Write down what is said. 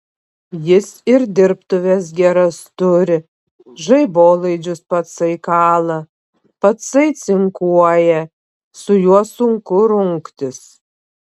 jis ir dirbtuves geras turi žaibolaidžius patsai kala patsai cinkuoja su juo sunku rungtis